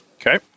okay